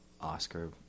Oscar